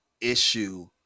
issue